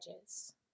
edges